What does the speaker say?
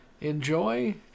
enjoy